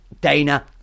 Dana